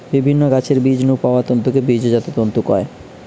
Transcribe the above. বিভিন্ন গাছের বীজ নু পাওয়া তন্তুকে বীজজাত তন্তু কয়